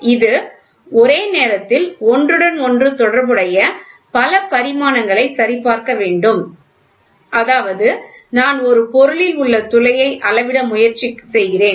இது ஒரே நேரத்தில் ஒன்றுடன் ஒன்று தொடர்புடைய பல பரிமாணங்களை சரிபார்க்க வேண்டும் அதாவது நான் ஒரு பொருளில் உள்ள துளையை அளவிட முயற்சி செய்கிறேன்